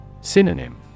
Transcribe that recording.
Synonym